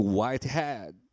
Whitehead